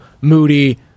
Moody